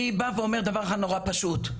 אני בא ואומר דבר נורא פשוט,